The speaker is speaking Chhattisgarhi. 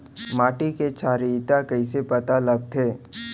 माटी के क्षारीयता कइसे पता लगथे?